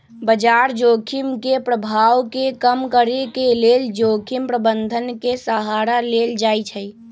बजार जोखिम के प्रभाव के कम करेके लेल जोखिम प्रबंधन के सहारा लेल जाइ छइ